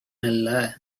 நல்ல